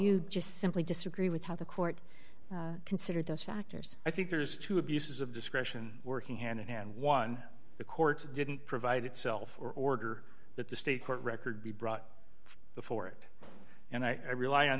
you just simply disagree with how the court considered those factors i think there is too abuses of discretion working hand in hand one the court didn't provide itself or order that the state court record be brought before it and i rely on